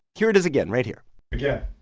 here it is again right here again